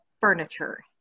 furniture